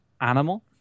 animal